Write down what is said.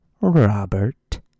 Robert